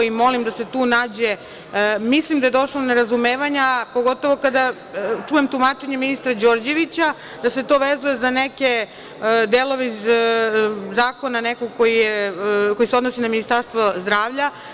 Mislim da je došlo do nerazumevanja, pogotovo kada čujem tumačenje ministra Đorđevića da se to vezuje za neke delove zakona nekog koji se odnosi na Ministarstvo zdravlja.